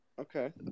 Okay